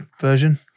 version